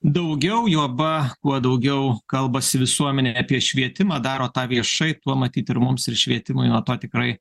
daugiau juoba kuo daugiau kalbasi visuomenė apie švietimą daro tą viešai tuo matyt ir mums ir švietimui nuo to tikrai